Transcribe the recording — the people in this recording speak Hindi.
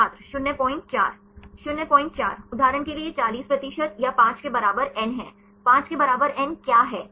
छात्र 04 04 उदाहरण के लिए यह 40 प्रतिशत या 5 के बराबर n है 5 के बराबर n क्या है